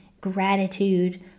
gratitude